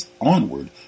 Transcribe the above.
onward